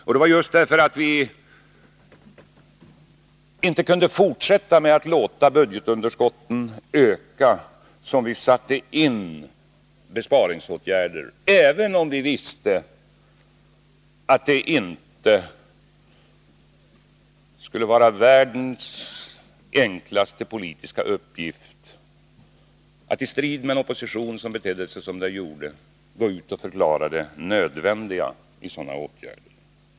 Och det var just därför att vi inte kunde fortsätta att låta budgetunderskottet öka som vi satte in besparingsåtgärder — även om vi visste att det inte skulle vara världens enklaste politiska uppgift att, i strid med en opposition som betedde sig som den gjorde, gå ut och förklara det nödvändiga i sådana åtgärder.